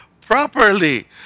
properly